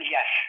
Yes